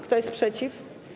Kto jest przeciw?